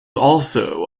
also